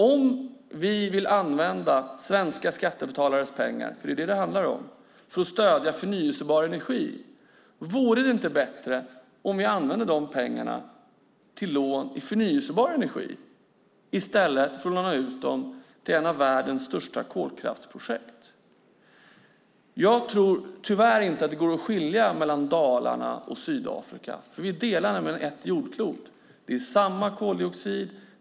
Om vi vill använda svenska skattebetalares pengar för att stödja förnybar energi vore det inte bättre om vi använde pengarna till lån till förnybar energi i stället för att låna ut dem till ett av världens största kolkraftprojekt? Jag tror inte att det går att skilja på Dalarna och Sydafrika; vi delar nämligen ett jordklot. Det är samma koldioxid.